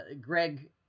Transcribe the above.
Greg